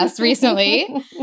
recently